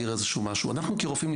כרופאים,